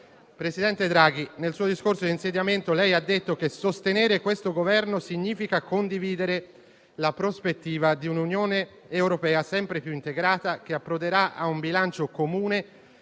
Presidente Draghi, nel suo discorso di insediamento lei ha detto che sostenere questo Governo significa condividere la prospettiva di un'Unione europea sempre più integrata, che approderà a un bilancio comune